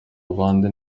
abandi